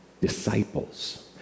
disciples